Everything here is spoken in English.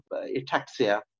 ataxia